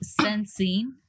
sensing